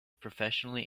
professionally